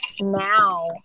now